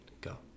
go